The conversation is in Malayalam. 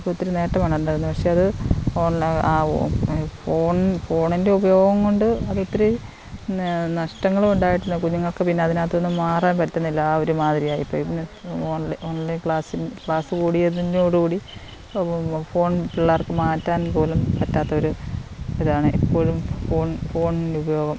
ഇപ്പോൾ ഒത്തിരി നേട്ടമാണ് ഉണ്ടായിരുന്നത് പക്ഷേ അത് ഓൺല ആകുമോ ഫോൺ ഫോണിൻ്റെ ഉപയോഗം കൊണ്ട് അതൊത്തിരി നഷ്ടങ്ങളും ഉണ്ടായിട്ടുണ്ട് കുഞ്ഞുങ്ങൾക്ക് പിന്നെ അതിനകത്തു നിന്നു മാറാൻ പറ്റുന്നില്ല ആ ഒരുമാതിരി ആയിപ്പോയി പിന്നെ ഓൺലൈൻ ഓൺലൈൻ ക്ലാസ്സ് ക്ലാസ്സ് കൂടിയതിനോടേതുകൂടി ഫോൺ പിള്ളേർക്ക് മാറ്റാൻ പോലും പറ്റാത്ത ഒരു ഇതാണ് എപ്പോഴും ഫോൺ ഫോണിൻ്റെ ഉപയോഗം